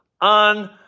on